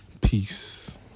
Peace